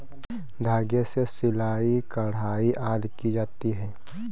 धागे से सिलाई, कढ़ाई आदि की जाती है